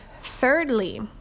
thirdly